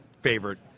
favorite